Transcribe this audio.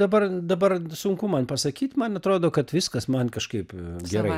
dabar dabar sunku man pasakyt man atrodo kad viskas man kažkaip gerai